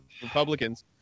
Republicans